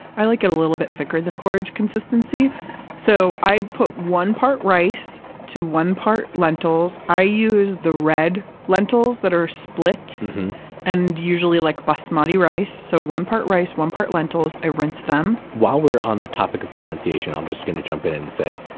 i like it a little bit thicker than porridge consistency so i put one part rice to one part lentils. i use the red lentils that are split and usually like basmati rice. so one part rice, one part lentils. i rinse them while we're on the topic of pronunciation, i'm just going to jump in and say,